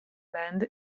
band